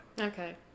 Okay